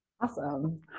Awesome